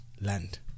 land